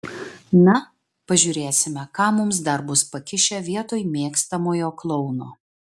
na pažiūrėsime ką mums dar bus pakišę vietoj mėgstamojo klouno